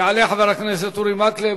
יעלה חבר הכנסת אורי מקלב,